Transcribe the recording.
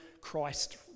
Christ